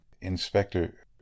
Inspector